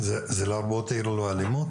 --- זה לא אמור להיות מעיר ללא אלימות?